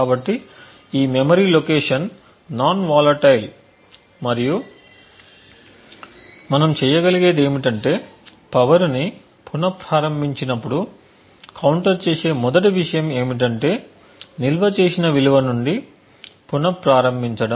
కాబట్టి ఈ memory location non volatile మరియు మనం చేయగలిగేది ఏమిటంటే పవర్ని పున ప్రారంభించినప్పుడు కౌంటర్ చేసే మొదటి విషయం ఏమిటంటే నిల్వ చేసిన విలువ నుండి పునప్రారంభించడం